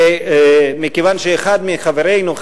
ומכיוון שאחד מחברינו העלה את זה,